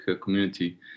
community